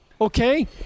okay